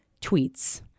Tweets